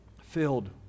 Filled